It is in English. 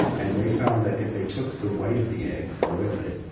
and they found that if they took the white of the egg, boiled it,